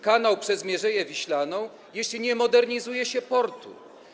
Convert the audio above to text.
kanał przez Mierzeję Wiślaną, jeśli nie modernizuje się portu?